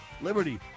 Liberty